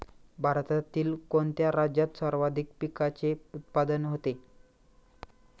भारतातील कोणत्या राज्यात सर्वाधिक पिकाचे उत्पादन होते?